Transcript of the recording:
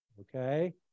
okay